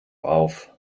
auf